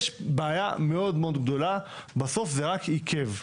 יש בעיה מאוד מאוד גדולה, בסוף זה רק עיכב.